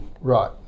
Right